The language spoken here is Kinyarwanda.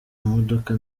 imodoka